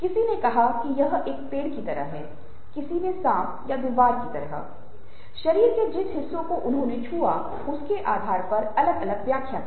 किसी ने कहा कि यह एक पेड़ की तरह है किसी ने सांप या दीवार की तरह शरीर के जिस हिस्से को उन्होने छुआ उसके आधार पर अलग अलग व्याख्या की